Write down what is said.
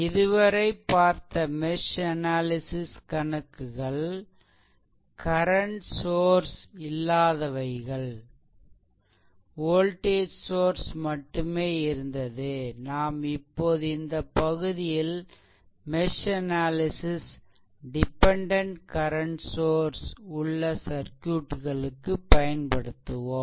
இதுவரை பார்த்த mesh analysis கணக்குகள் கரண்ட் சோர்ஸ் இல்லாதவைகள் வோல்டேஜ் சோர்ஸ் மட்டுமே இருந்தது நாம் இப்போது இந்த பகுதியில் mesh analysis dependent current source உள்ள சர்க்யூட் களுக்கு பயன்படுத்துவோம்